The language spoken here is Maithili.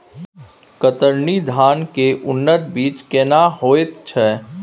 कतरनी धान के उन्नत बीज केना होयत छै?